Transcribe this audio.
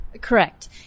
Correct